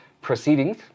proceedings